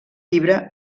llibre